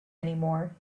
anymore